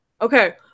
Okay